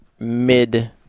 Mid